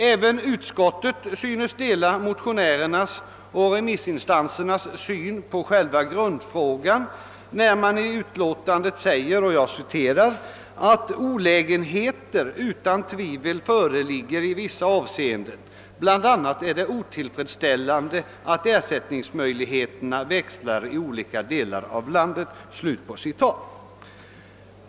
Även utskottet synes dela vår och remissinstansernas syn på själva grundfrågan, eftersom det i utskottsutlåtandet heter att »olägenheter utan tvivel föreligger i vissa avseenden; bl.a. är det otillfredsställande att ersättningsmöjligheterna växlar i olika delar av landet».